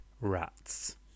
rats